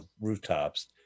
rooftops